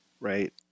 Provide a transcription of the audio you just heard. right